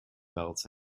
belts